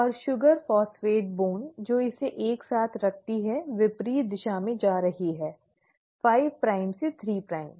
और sugar phosphate bone जो इसे एक साथ रखती है विपरीत दिशा में जा रही है 5 प्राइम से 3 प्राइम